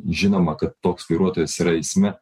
žinoma kad toks vairuotojas yra eisme